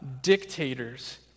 dictators